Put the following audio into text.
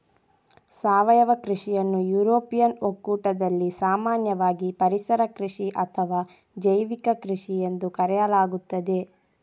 ಸಾವಯವ ಕೃಷಿಯನ್ನು ಯುರೋಪಿಯನ್ ಒಕ್ಕೂಟದಲ್ಲಿ ಸಾಮಾನ್ಯವಾಗಿ ಪರಿಸರ ಕೃಷಿ ಅಥವಾ ಜೈವಿಕ ಕೃಷಿಎಂದು ಕರೆಯಲಾಗುತ್ತದೆ